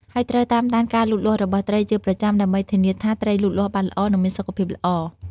ហើយត្រូវតាមដានការលូតលាស់របស់ត្រីជាប្រចាំដើម្បីធានាថាត្រីលូតលាស់បានល្អ និងមានសុខភាពល្អ។